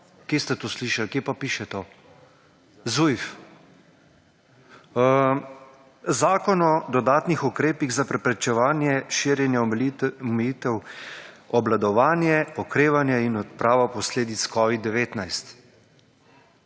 Kje ste to slišal? Kje pa piše to? ZUJF. Zakon o dodatnih ukrepih za preprečevanje širjenja, omilitev, obvladovanje, okrevanje in odprava posledic Covid-19.